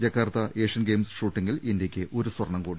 Jakarta Asian Games ഷൂട്ടിംഗിൽ ഇന്ത്യയ്ക്ക് ഒരു സ്വർണ്ണംകൂടി